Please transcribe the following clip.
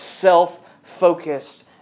self-focused